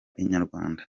inyarwanda